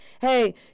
hey